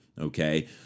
okay